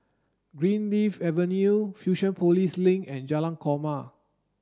Greenleaf Avenue Fusionopolis Link and Jalan Korma